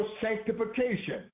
sanctification